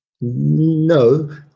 No